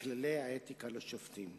לכללי האתיקה לשופטים: